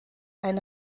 ein